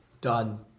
Done